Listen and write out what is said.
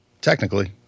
Technically